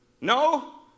No